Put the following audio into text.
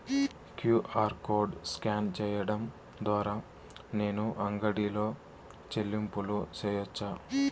QR code scan సేయడం ద్వారా నేను అంగడి లో చెల్లింపులు సేయొచ్చా?